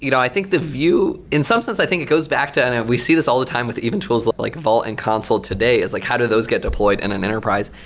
you know i think the view in some sense i think it goes back to and and we see this all the time with even tools like vault and console today, is like how do those get deployed in an enterprise?